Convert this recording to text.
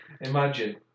Imagine